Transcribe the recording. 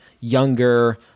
younger